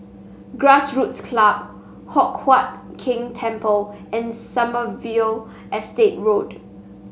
Grassroots Club Hock Huat Keng Temple and Sommerville Estate Road